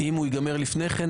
אם הוא יגמר לפני כן,